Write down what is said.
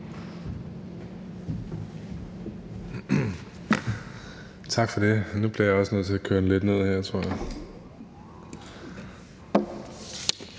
Tak for det. Nu bliver jeg også nødt til at køre talerstolen